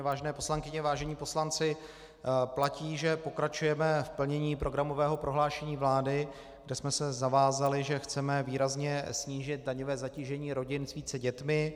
Vážené poslankyně, vážení poslanci, platí, že pokračujeme v plnění programového prohlášení vlády, kde jsme se zavázali, že chceme výrazně snížit daňové zatížení rodin s více dětmi.